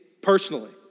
personally